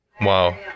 wow